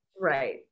Right